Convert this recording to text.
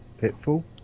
Pitfall